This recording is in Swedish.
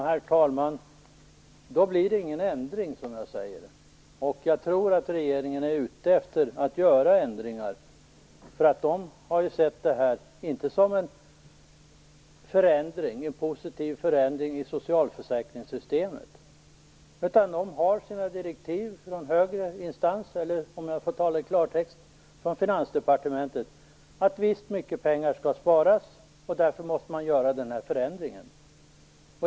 Herr talman! Då blir det ingen ändring, som jag säger. Jag tror att regeringen är ute efter att göra ändringar. Den har ju inte sett detta som en positiv förändring i socialförsäkringssystemet, utan den har sina direktiv från högre instans, eller om jag får tala i klartext, från Finansdepartementet. En viss mängd pengar skall sparas och därför måste man göra den här förändringen.